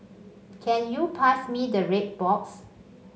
can you pass me the red box